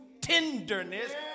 tenderness